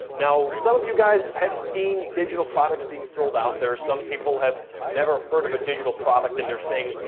now, some of you guys have seen digital products being sold out there, some people have never heard of a digital product and they're saying,